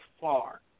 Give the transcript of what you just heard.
far